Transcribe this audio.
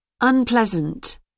unpleasant